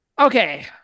Okay